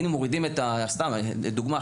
לדוגמה,